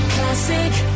Classic